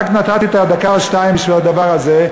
רק נתתי את הדקה או שתיים בשביל הדבר הזה.